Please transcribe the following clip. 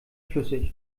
flüssig